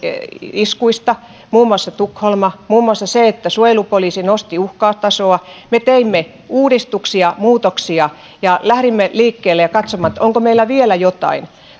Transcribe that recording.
iskuista muun muassa tukholmassa niin muun muassa suojelupoliisi nosti uhkatasoa me teimme uudistuksia muutoksia ja lähdimme liikkeelle ja katsomaan onko meillä vielä jotain